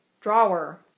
Drawer